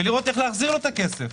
ולראות איך להחזיר לו את הכסף.